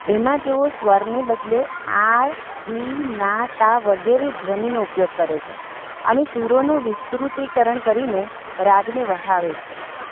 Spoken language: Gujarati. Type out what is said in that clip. એમાં તેઓ સ્વરને બદલે આ રી ના તા વગેરે ધ્વનીનો ઉપયોગ કરે છે અને સૂરોનું વિસ્તૃતિકરણ કરીને રાગને વહાવે છે